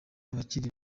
abakiri